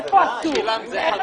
איפה אסור.